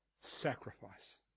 sacrifice